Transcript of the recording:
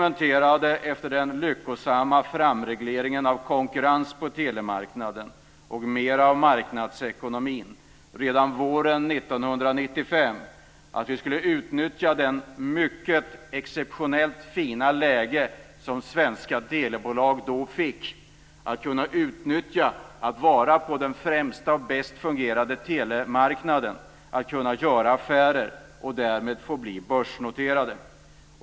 Efter det lyckosamma införandet av konkurrens och marknadsekonomi på telemarknaden argumenterade vi redan våren 1995 för att man skulle utnyttja det mycket exceptionellt fina läge som svenska telebolag befann sig i till att göra affärer och därmed bli börsnoterade.